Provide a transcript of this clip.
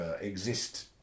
exist